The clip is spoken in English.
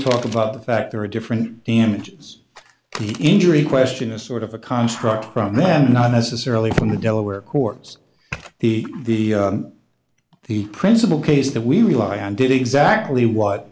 talk about the fact there are different damages the injury question is sort of a construct from them not necessarily from the delaware courts the the the principal case that we rely on did exactly